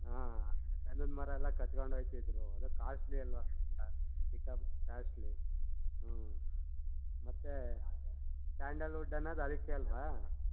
ಹಾಂ ಗಂಧದ ಮರ ಎಲ್ಲ ಕದ್ಕಂಡು ಹೋಗ್ತಿದ್ರು ಅದು ಕಾಸ್ಟ್ಲಿ ಅಲ್ಲವಾ ಎಲ್ಲ ಸಿಕ್ಕಾಪಟ್ಟೆ ಕಾಸ್ಟ್ಲಿ ಹ್ಞೂ ಮತ್ತು ಸ್ಯಾಂಡಲ್ವುಡ್ ಅನ್ನೋದು ಅದಕ್ಕೆ ಅಲ್ಲವಾ